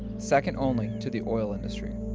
second only to the oil industry.